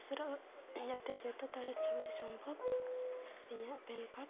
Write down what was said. ᱩᱥᱟᱹᱨᱟ ᱡᱟᱛᱮ ᱡᱚᱛᱚ ᱫᱟᱲᱮ ᱥᱟᱣᱲᱤ ᱥᱚᱢᱵᱷᱚᱵ ᱤᱧᱟᱹᱜ ᱯᱮᱱ ᱠᱟᱨᱰ